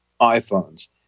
iphones